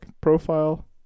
profile